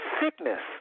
sickness